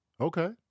Okay